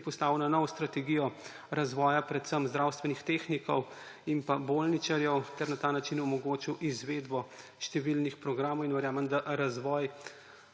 ki postavlja novo strategijo razvoja predvsem zdravstvenih tehnikov in pa bolničarjev, ter na ta način omogočili izvedbo številni programov. Verjamem, da razvoj,